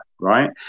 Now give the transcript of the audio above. Right